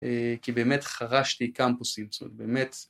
כי באמת חרשתי קמפוסים, זאת אומרת, באמת...